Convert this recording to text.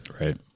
Right